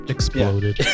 Exploded